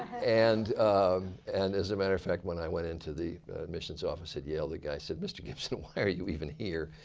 and um and as a matter when i went into the admissions office at yale, the guy said mr. gibson, why are you even here?